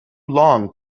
long